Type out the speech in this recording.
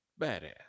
Badass